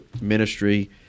Ministry